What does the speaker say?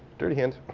dirty hand.